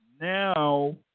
now